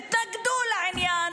התנגדו לעניין.